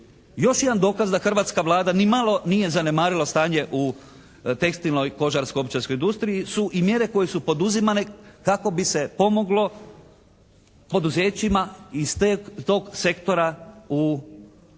još jedan dokaz da hrvatska Vlada ni malo nije zanemarila stanje u tekstilnoj, kožarsko-obućarskoj industriji su i mjere koje su poduzimane kako bi se pomoglo poduzećima iz tog sektora u